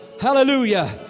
Hallelujah